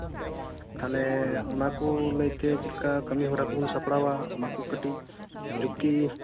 ᱛᱟᱦᱞᱮ ᱚᱱᱟ ᱠᱚ ᱞᱟᱹᱜᱤᱫᱛᱮ ᱪᱮᱫᱞᱮᱠᱟ ᱠᱟᱹᱢᱤᱦᱚᱨᱟ ᱠᱚᱵᱚᱱ ᱥᱟᱯᱲᱟᱣᱟ ᱚᱱᱟᱠᱚ ᱠᱟᱹᱴᱤᱡ ᱡᱩᱠᱛᱤ